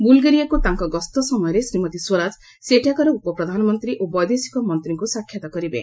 ବୁଲଗାରିଆକୁ ତାଙ୍କ ଗସ୍ତ ସମୟରେ ଶ୍ରୀମତୀ ସ୍ୱରାଜ ସେଠାକାର ଉପ ପ୍ରଧାନମନ୍ତ୍ରୀ ଓ ବୈଦେଶିକ ମନ୍ତ୍ରୀଙ୍କୁ ସାକ୍ଷାତ୍ କରିବେ